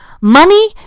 Money